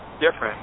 different